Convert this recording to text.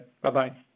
Bye-bye